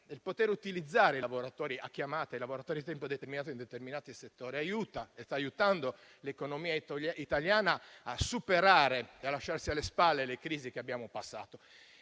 di utilizzare i lavoratori a chiamata e i lavoratori a tempo determinato in determinati settori aiuta e sta aiutando l'economia italiana a superare e lasciarsi alle spalle le crisi che abbiamo passato,